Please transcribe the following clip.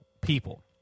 people